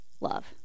love